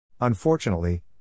Unfortunately